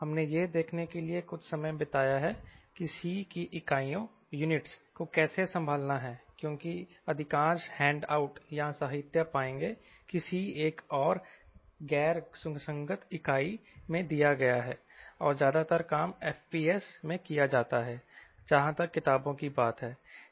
हमने यह देखने के लिए कुछ समय बिताया है कि C की इकाइयों को कैसे संभालना है क्योंकि अधिकांश हैंड आउट या साहित्य पाएंगे कि C एक गैर सुसंगत इकाई में दिया गया है और ज्यादातर काम FPS में किया जाता है जहां तक किताबों की बात है